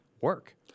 work